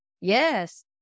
Yes